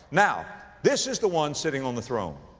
now, this is the one sitting on the throne.